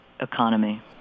economy